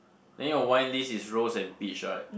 then your wine list is rose and peach right